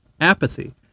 apathy